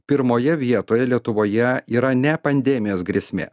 pirmoje vietoje lietuvoje yra ne pandemijos grėsmė